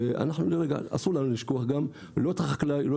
הפחמן ואסור לנו לשכוח לא את החקלאי,